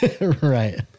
right